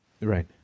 Right